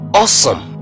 awesome